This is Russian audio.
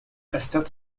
растёт